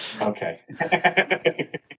Okay